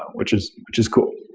which is which is cool.